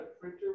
printer